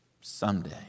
someday